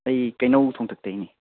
ꯑꯩ ꯀꯩꯅꯧ ꯊꯣꯡꯇꯛꯇꯩꯅꯦ